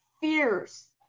fierce